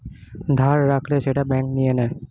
ধার রাখলে সেটা ব্যাঙ্ক নিয়ে নেয়